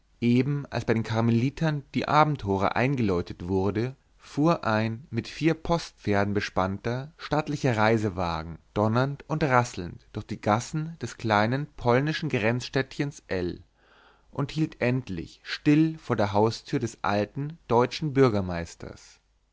eben als bei den karmelitern die abendhora eingeläutet wurde fuhr ein mit vier postpferden bespannter stattlicher reisewagen donnernd und rasselnd durch die gassen des kleinen polnischen grenzstädtchens l und hielt endlich still vor der haustür des alten teutschen bürgermeisters